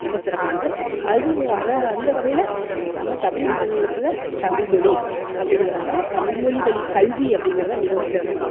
ரொம்ப சிறப்பானது அது அதை அந்த வகையில் நம்ம தமிழ் மாநிலத்தில் தமிழ் மொழி அப்படிங்கிறது தான் தமிழ் மொழி வழிக் கல்வி அப்படிங்கிறது தான் மிகவும் சிறப்பானது